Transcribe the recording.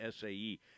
SAE